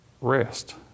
rest